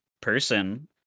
person